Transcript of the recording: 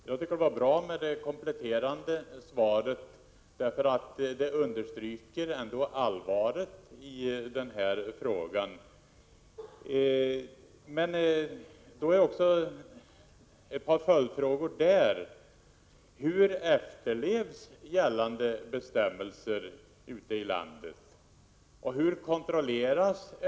Herr talman! Det är helt enkelt så, att tillsynsmyndigheterna — dvs. länsstyrelsen och naturvårdsverket — har en skyldighet att se till att bestämmelserna efterlevs och att de omprövningar görs som måste göras med anledning av de nya reglerna.